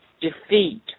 Defeat